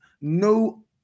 no